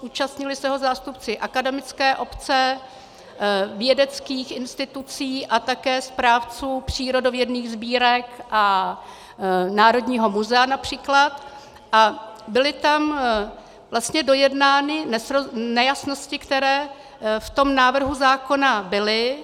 Účastnili se ho zástupci akademické obce, vědeckých institucí a také správců přírodovědných sbírek a Národního muzea například a byly tam vlastně dojednány nejasnosti, které v tom návrhu zákona byly.